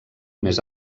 més